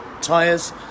tires